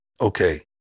Okay